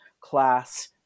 class